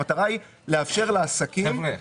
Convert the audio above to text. המטרה היא לתת את